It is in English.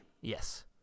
Yes